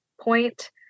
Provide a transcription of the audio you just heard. point